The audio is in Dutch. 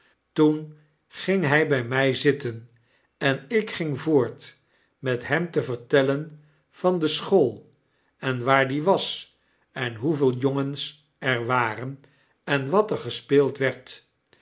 toen ging hij by my zitten en ik ging voort met hem te vertellen van de school en waar die was en hoeveel jongens er waren en wat er gespeeld werd